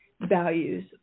values